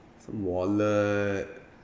some wallet